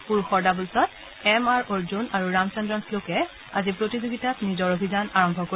পুৰুষৰ ডাবলছত M R Arjun আৰু ৰামচন্দ্ৰন শ্লোকে আজি প্ৰতিযোগিতাত নিজৰ অভিযান আৰম্ভ কৰিব